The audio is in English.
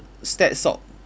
stats soc